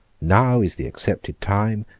now is the accepted time,